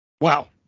Wow